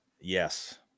Yes